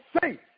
faith